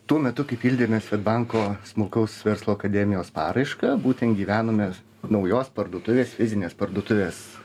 tuo metu kai pildėme svedbanko smulkaus verslo akademijos paraišką būtent gyvenome naujos parduotuvės fizinės parduotuvės